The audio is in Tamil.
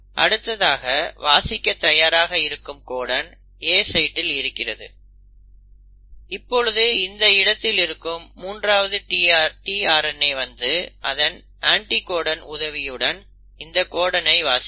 அடுத்ததாக வாசிக்க தயாராக இருக்கும் கோடன் A சைட்டில் இருக்கிறது இப்பொழுது இந்த இடத்திருக்கு மூன்றாவது tRNA வந்து அதன் அண்டிகோடன் உதவியுடன் இந்த கோடனை வாசிக்கும்